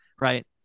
right